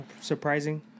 surprising